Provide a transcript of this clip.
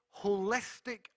holistic